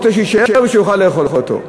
רוצה שיישאר ושיוכל לאכול אותו.